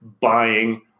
buying